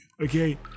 okay